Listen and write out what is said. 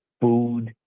food